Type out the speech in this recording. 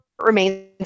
remains